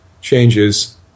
changes